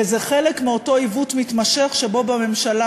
וזה חלק מאותו עיוות מתמשך שבו בממשלה